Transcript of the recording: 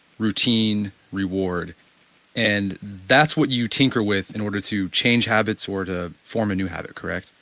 routine reward and that's what you tinker with in order to change habits or to form a new habit, correct?